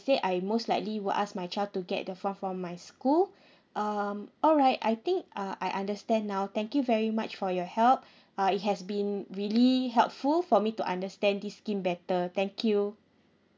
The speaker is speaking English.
said I most likely will ask my child to get the form from my school um alright I think uh I understand now thank you very much for your help uh it has been really helpful for me to understand this scheme better thank you